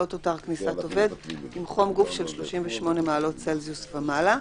לא תותר כניסת עובד עם חום גוף של 38 מעלות צלזיוס ומעלה,